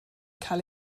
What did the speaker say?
cael